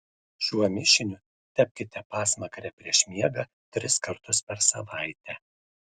šiuo mišiniu tepkite pasmakrę prieš miegą tris kartus per savaitę